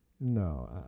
No